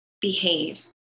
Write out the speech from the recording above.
behave